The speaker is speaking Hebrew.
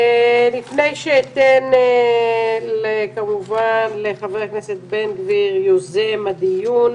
לפני שאתן כמובן לחבר הכנסת בן גביר יוזם הדיון,